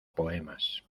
poemas